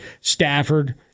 Stafford